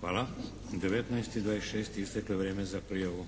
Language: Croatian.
Hvala. 19 i 26. Isteklo je vrijeme za prijavu